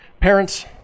parents